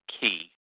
key